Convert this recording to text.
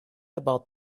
about